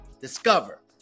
discover